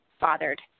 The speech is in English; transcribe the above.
bothered